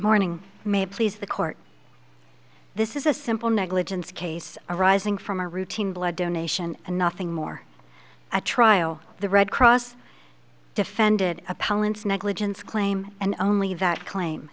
morning may please the court this is a simple negligence case arising from a routine blood donation and nothing more a trial the red cross defended a palin's negligence claim and only that claim